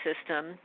system